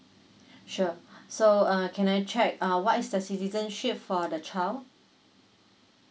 sure so uh can I check ah what is the citizenship for the child